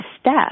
step